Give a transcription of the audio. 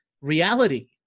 reality